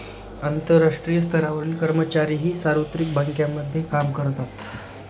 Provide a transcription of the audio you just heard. आंतरराष्ट्रीय स्तरावरील कर्मचारीही सार्वत्रिक बँकांमध्ये काम करतात